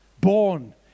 born